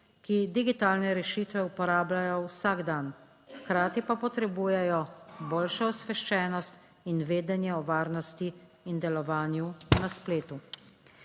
ki digitalne rešitve uporabljajo vsak dan, hkrati pa potrebujejo boljšo osveščenost in vedenje o varnosti in delovanju na spletu.